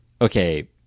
okay